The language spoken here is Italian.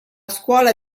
scuola